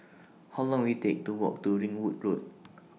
How Long Will IT Take to Walk to Ringwood Road